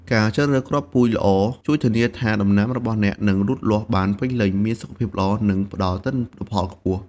ការជ្រើសរើសគ្រាប់ពូជល្អជួយធានាថាដំណាំរបស់អ្នកនឹងលូតលាស់បានពេញលេញ មានសុខភាពល្អ និងផ្តល់ទិន្នផលខ្ពស់។